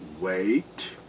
wait